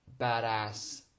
badass